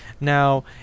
Now